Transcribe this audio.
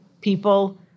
people